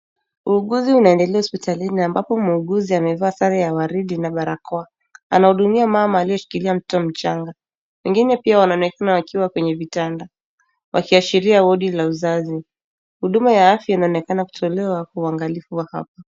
Uuguzi unaendelea hospitalini ambapo muuguzi amevaa sare ya waridi na barakoa. Anahudumia mama aliyeshikilia mtoto mchanga. Wengine pia wanaonekana wakiwa kwenye vitanda wakiashiria wodi la uzazi. Huduma ya afya inaonekana kutolewa kwa uangalifu wa hapa.